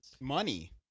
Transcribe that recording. money